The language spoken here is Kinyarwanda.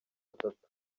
atatu